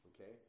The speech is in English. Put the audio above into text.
okay